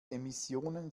emissionen